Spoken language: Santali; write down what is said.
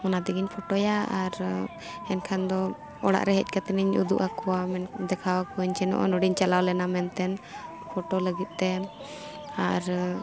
ᱚᱱᱟ ᱛᱮᱜᱮᱧ ᱯᱷᱚᱴᱚᱭᱟ ᱟᱨ ᱮᱱᱠᱷᱟᱱ ᱫᱚ ᱚᱲᱟᱜ ᱨᱮ ᱦᱮᱡ ᱠᱟᱛᱮᱱᱤᱧ ᱩᱫᱩᱜ ᱟᱠᱚᱣᱟ ᱫᱮᱠᱷᱟᱣ ᱟᱠᱚᱣᱟᱧ ᱡᱮ ᱱᱚᱜᱼᱚ ᱱᱚᱸᱰᱮᱧ ᱪᱟᱞᱟᱣ ᱞᱮᱱᱟ ᱢᱮᱱᱛᱮ ᱯᱷᱳᱴᱳ ᱞᱟᱹᱜᱤᱫᱼᱛᱮ ᱟᱨ